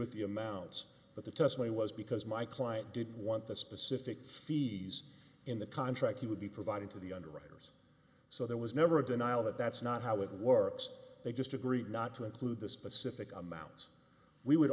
with the amounts but the testimony was because my client didn't want the specific fees in the contract he would be providing to the underwriters so there was never a denial that that's not how it works they just agreed not to include the specific amounts we would